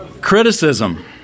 Criticism